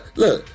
look